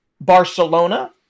barcelona